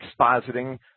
expositing